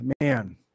man